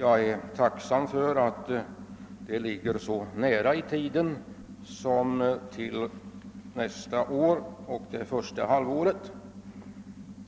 Jag är tacksam för att detta ligger så nära i tiden.